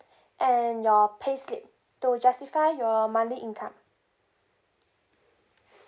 and your pay slip to justify your monthly income